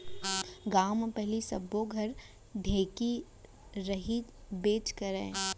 गॉंव म पहिली सब्बो घर ढेंकी रहिबेच करय